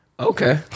Okay